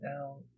Now